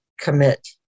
commit